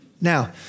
Now